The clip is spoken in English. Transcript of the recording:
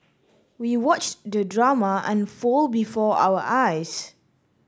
we watched the drama unfold before our eyes